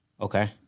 Okay